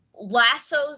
Lassos